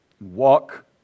Walk